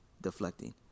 Deflecting